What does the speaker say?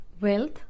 wealth